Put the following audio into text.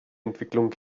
entwicklung